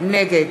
נגד